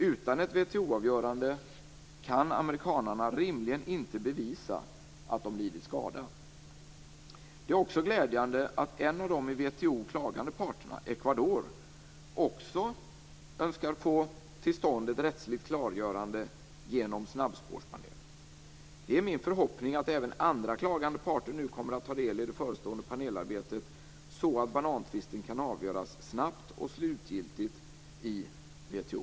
Utan ett WTO-avgörande kan amerikanerna rimligen inte bevisa att de lidit skada. Det är också glädjande att en av de i WTO klagande parterna, Ecuador, också önskar få till stånd ett rättsligt klargörande genom snabbspårspanel. Det är min förhoppning att även andra klagande parter nu kommer att ta del i det förestående panelarbetet, så att banantvisten kan avgöras snabbt och slutgiltigt i WTO.